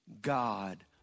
God